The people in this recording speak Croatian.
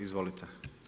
Izvolite.